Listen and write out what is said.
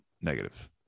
negative